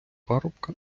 парубка